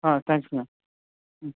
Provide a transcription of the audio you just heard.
ஆ தேங்க்ஸுங்க ம்